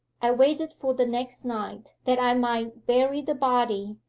i waited for the next night that i might bury the body,